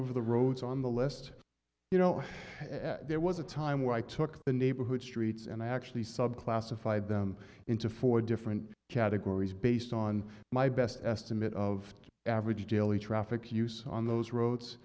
of the roads on the list you know there was a time where i took the neighborhood streets and i actually sub classified them into four different categories based on my best estimate of the average daily traffic use on those roads